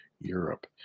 Europe